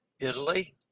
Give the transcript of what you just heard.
Italy